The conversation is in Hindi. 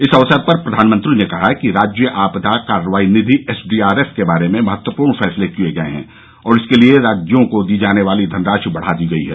इस अवसर पर प्रधानमंत्री ने कहा कि राज्य आपदा कार्रवाई निधि एसडीआरएफ के बारे में महत्वपूर्ण फैसले किए गए हैं और इसके लिए राज्यों को दी जाने वाली धनराशि बढ़ा दी गई है